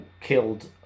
killed